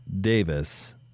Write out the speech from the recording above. Davis